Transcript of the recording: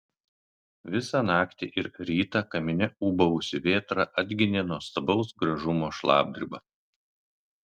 visą naktį ir rytą kamine ūbavusi vėtra atginė nuostabaus gražumo šlapdribą